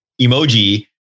emoji